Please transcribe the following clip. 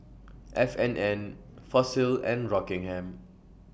F and N Fossil and Rockingham